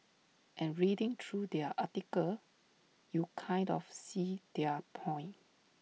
and reading through their article you kind of see their point